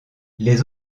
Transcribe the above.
les